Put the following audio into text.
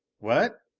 what!